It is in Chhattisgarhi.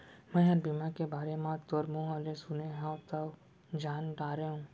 मैंहर बीमा के बारे म तोर मुँह ले सुने हँव तव जान डारेंव